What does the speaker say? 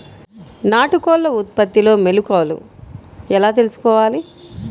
నాటుకోళ్ల ఉత్పత్తిలో మెలుకువలు ఎలా తెలుసుకోవాలి?